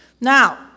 Now